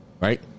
Right